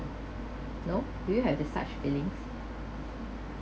no do you have such feelings